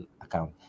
account